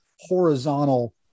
horizontal